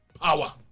power